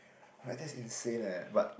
I'm like that's insane eh but